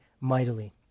mightily